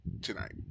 tonight